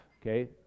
Okay